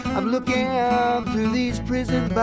i'm looking through these prison